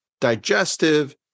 digestive